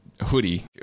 hoodie